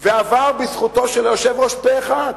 ועבר בזכותו של היושב-ראש פה-אחד.